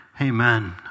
Amen